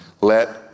let